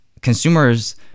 consumers